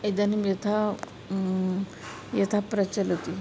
इदानीं यथा यथा प्रचलति